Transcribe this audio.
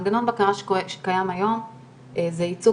מנגנון הבקרה שקיים היום זה ייצוג,